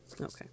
okay